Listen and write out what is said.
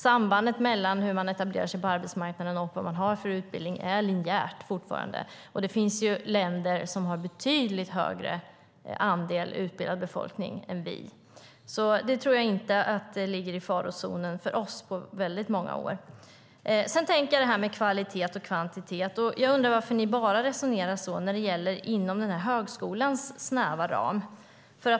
Sambandet mellan hur man etablerar sig på arbetsmarknaden och vilken utbildning man har är fortfarande linjärt. Det finns länder som har betydligt högre andel utbildad befolkning än vi, så jag tror inte att vi ligger i farozonen för det på många år. Jag tänkte på det här med kvalitet och kvantitet, och jag undrar varför ni bara resonerar så när det gäller inom högskolans snäva ram.